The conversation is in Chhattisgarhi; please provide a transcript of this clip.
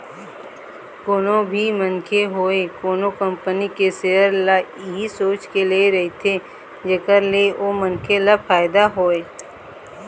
कोनो भी मनखे होवय कोनो कंपनी के सेयर ल इही सोच के ले रहिथे जेखर ले ओ मनखे ल फायदा होवय